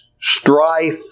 strife